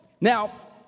Now